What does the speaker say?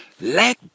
let